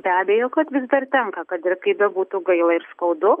be abejo kad vis dar tenka kad ir kaip bebūtų gaila ir skaudu